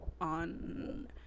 On